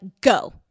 Go